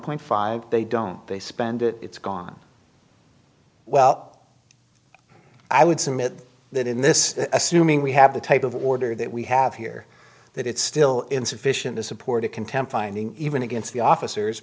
point five they don't they spend it's gone well i would submit that in this assuming we have the type of order that we have here that it's still insufficient to support a contempt finding even against the officers